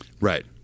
right